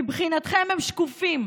מבחינתכם הם שקופים.